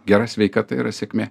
gera sveikata yra sėkmė